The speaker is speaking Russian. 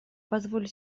позволю